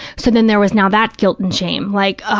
so then there was now that guilt and shame, like, ah